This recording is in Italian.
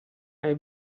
hai